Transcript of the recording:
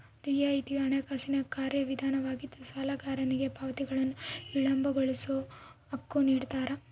ರಿಯಾಯಿತಿಯು ಹಣಕಾಸಿನ ಕಾರ್ಯವಿಧಾನವಾಗಿದ್ದು ಸಾಲಗಾರನಿಗೆ ಪಾವತಿಗಳನ್ನು ವಿಳಂಬಗೊಳಿಸೋ ಹಕ್ಕು ನಿಡ್ತಾರ